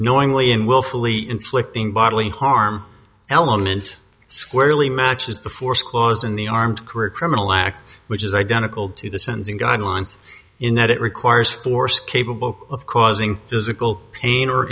knowingly and willfully inflicting bodily harm element squarely matches the force clause in the armed criminal act which is identical to the sentencing guidelines in that it requires force capable of causing physical pain or